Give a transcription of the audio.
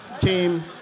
team